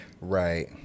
Right